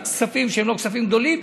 על כספים שהם לא כספים גדולים.